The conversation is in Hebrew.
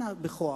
אנא בכוח,